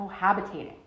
cohabitating